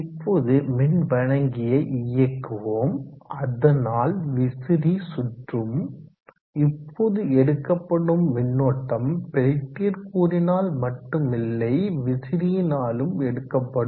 இப்போது மின்வழங்கியை இயக்குவோம் அதனால் விசிறி சுற்றும் இப்போது எடுக்கப்படும் மின்னோட்டம் பெல்டியர் கூறினால் மட்டும் இல்லை விசிறியினாலும் எடுக்கப்படும்